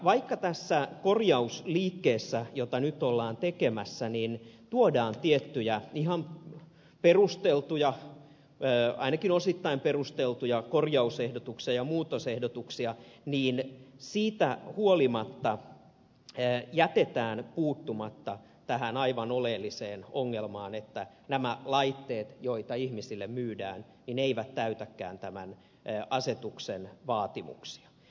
vaikka tässä korjausliikkeessä jota nyt ollaan tekemässä tuodaan tiettyjä ihan perusteltuja ainakin osittain perusteltuja korjausehdotuksia ja muutosehdotuksia niin siitä huolimatta jätetään puuttumatta tähän aivan oleelliseen ongelmaan että nämä laitteet joita ihmisille myydään eivät täytäkään tämän asetuksen vaatimuksia